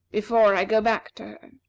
before i go back to her.